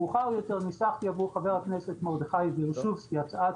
מאוחר יותר ניסחתי עבור חבר הכנסת מרדכי ורשובסקי הצעת